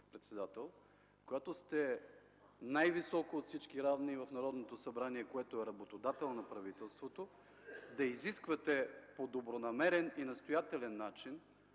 председател, която сте най-високо от всички равни в Народното събрание, което е работодател на правителството, да изисквате по добронамерен и настоятелен начин